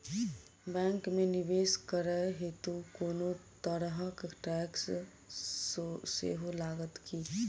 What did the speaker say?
Bank मे निवेश करै हेतु कोनो तरहक टैक्स सेहो लागत की?